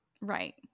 Right